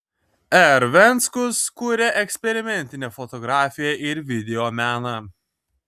r venckus kuria eksperimentinę fotografiją ir videomeną